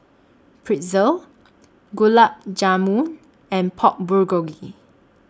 Pretzel Gulab Jamun and Pork Bulgogi